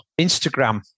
Instagram